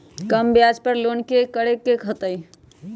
कम ब्याज पर लोन की करे के होतई?